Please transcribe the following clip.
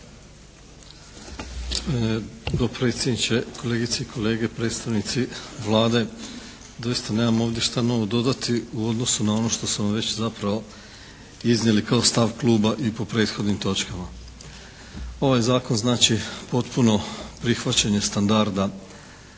dopredsjedniče, kolegice i kolege, predstavnici Vlade! Doista nemam ovdje šta novo dodati u odnosu na ono što smo vam već zapravo iznijeli kao stav kluba i po prethodnim točkama. Ovaj zakon znači potpuno prihvaćanje standarda